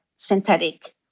synthetic